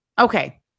Okay